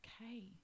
okay